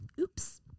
Oops